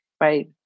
right